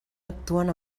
actuen